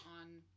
on